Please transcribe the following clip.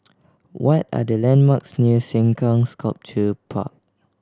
what are the landmarks near Sengkang Sculpture Park